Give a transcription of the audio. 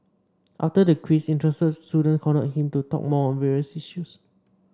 after the quiz interested student cornered him to talk more on various issues